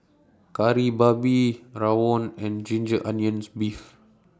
Kari Babi Rawon and Ginger Onions Beef